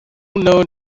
known